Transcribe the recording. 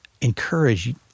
encourage